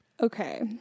Okay